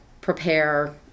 prepare